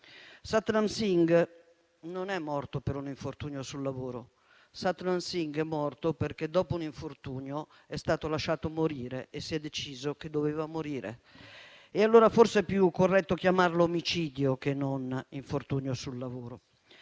Satman Singh non è morto per un infortunio sul lavoro: Satman Singh è morto perché, dopo un infortunio, è stato lasciato morire e si è deciso che doveva morire. Allora forse è più corretto chiamarlo omicidio che non infortunio sul lavoro.